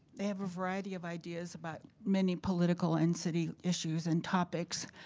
they have a variety of ideas about many political and city issues and topics.